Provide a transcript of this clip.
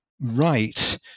Right